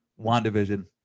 WandaVision